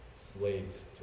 slaves